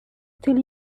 tell